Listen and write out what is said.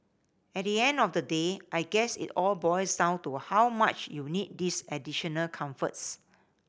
at the end of the day I guess it all boils down to how much you need these additional comforts